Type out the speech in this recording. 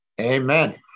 amen